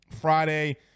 Friday